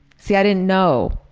see, i didn't know.